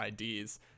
ids